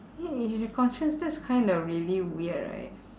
then if you conscious that's kinda really weird right